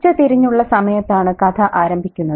ഉച്ചതിരിഞ്ഞുള്ള സമയത്താണ് കഥ ആരംഭിക്കുന്നത്